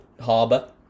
harbour